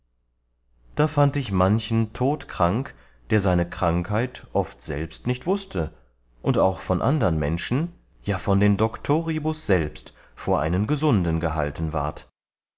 da fand ich manchen totkrank der seine krankheit oft selbst nicht wußte und auch von andern menschen ja von den doctoribus selbst vor einen gesunden gehalten ward